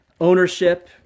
ownership